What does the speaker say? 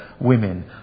women